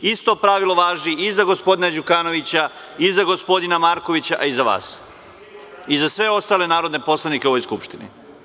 Isto pravilo važi i za gospodina Đukanovića i za gospodina Markovića, a i za vas, i za sve ostale narodne poslanike u ovoj Skupštini.